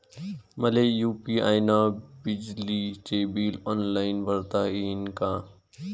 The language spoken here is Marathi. मले यू.पी.आय न विजेचे बिल ऑनलाईन भरता येईन का?